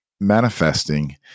manifesting